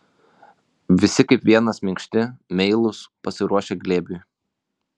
visi kaip vienas minkšti meilūs pasiruošę glėbiui